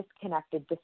disconnected